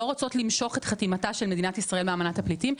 לא רוצות למשוך את חתימתה של אמנת הפליטים,